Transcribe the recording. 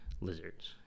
lizards